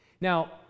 Now